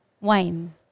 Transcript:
wine